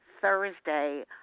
Thursday